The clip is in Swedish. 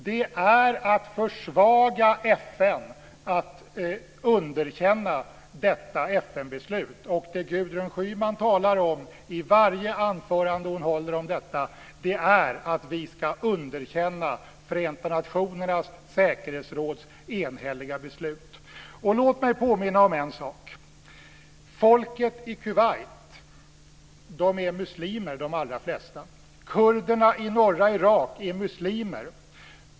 Det är att försvaga FN att underkänna detta FN-beslut. Det Gudrun Schyman talar om i varje anförande hon håller om detta är att vi ska underkänna Förenta nationernas säkerhetsråds enhälliga beslut. Låt mig påminna om en sak. Folk i Kuwait är muslimer, de allra flesta. Kurderna i norra Irak är muslimer.